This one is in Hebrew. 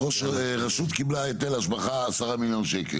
רשות קיבל ההיטל השבחה 10 מיליון שקלים,